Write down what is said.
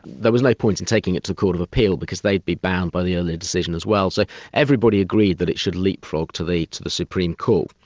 there was no point in taking it to the court of appeal because they'd be bound by the earlier decision as well. so everybody agreed that it should leapfrog to the to the supreme court.